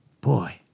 Boy